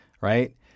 Right